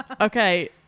okay